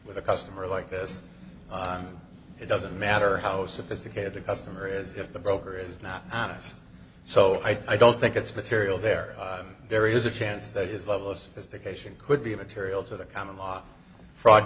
with a customer like this on it doesn't matter how sophisticated the customer is if the broker is not honest so i don't think it's material there there is a chance that his level of sophistication could be immaterial to the common law fraud